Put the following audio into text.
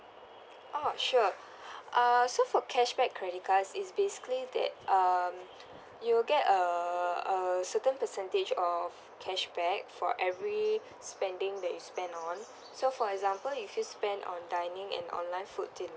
orh sure uh so for cashback credit card is basically that um you'll get a a certain percentage of cashback for every spending that you spent on so for example if you spend on dining and online food deli~